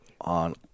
on